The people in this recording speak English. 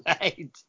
Right